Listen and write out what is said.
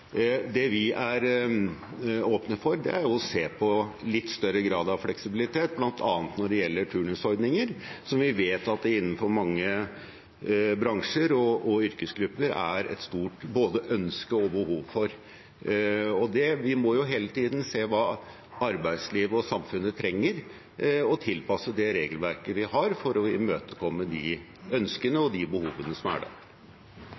Det vi er åpne for, er å se på litt større grad av fleksibilitet, bl.a. når det gjelder turnusordninger, som vi vet at det innenfor mange bransjer og yrkesgrupper er et stort både ønske om og behov for. Vi må hele tiden se hva arbeidslivet og samfunnet trenger, og tilpasse det regelverket vi har, for å imøtekomme de ønskene og behovene som er der. Klimaendringene fører til mer ekstremvær. Det